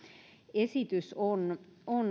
esitys on